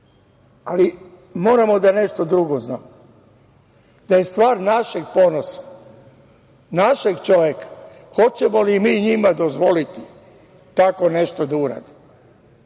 ali moramo da nešto drugo znamo – da je stvar našeg ponosa, našeg čoveka. Hoćemo li mi njima dozvoliti tako nešto da urade